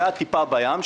זה היה טיפה בים,